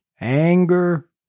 anger